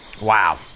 Wow